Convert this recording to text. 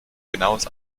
genaues